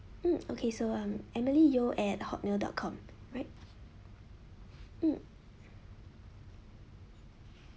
mm okay so um emily yeo at Hotmail dot com right mm